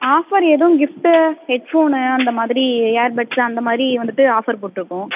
offer எதுவும் gift headphone அந்த மாதிரி இயர் பட்ஸ் அந்த மாதிரி வந்துட்டு ஆஃபர் போட்டிருக்கோம்